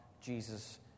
Jesus